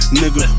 nigga